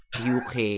UK